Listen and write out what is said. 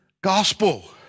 gospel